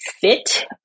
fit